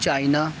China